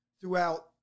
throughout